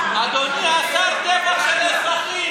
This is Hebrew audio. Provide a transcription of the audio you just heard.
טבח של אזרחים.